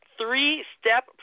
three-step